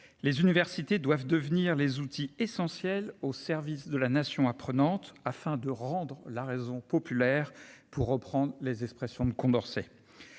Les universités doivent devenir les outils essentiels au service de la nation prenantes afin de rendre la raison populaire pour reprendre les expressions de Condorcet.